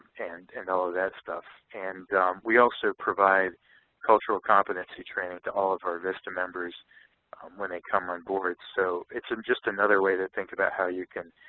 and and all of that stuff. and we also provide cultural competency training to all of our vista members when they come on board, so it's just another way to think about how you can